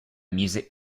music